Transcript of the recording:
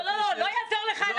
לא יעזור לך, הגברת שטרית.